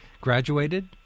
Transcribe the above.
graduated